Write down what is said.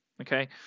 Okay